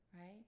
right